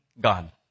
God